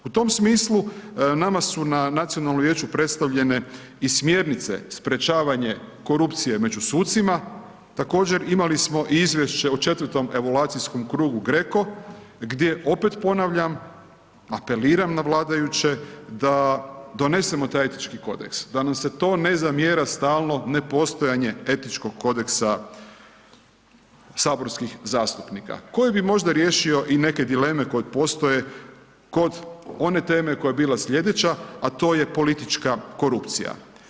U tom smislu nama su na Nacionalnom vijeću predstavljene i smjernice sprječavanje korupcije među sucima, također imali smo i izvješće o četvrtom evaluacijskom krugu GRECO gdje opet ponavljam, apeliram na vladajuće, da donesemo taj etički kodeks, da nam se to ne zamjera stalno nepostojanje etičkog kodeksa saborskih zastupnika koji bi možda riješio i neke dileme koje postoje kod one teme koja je bila slijedeća a to je politička korupcija.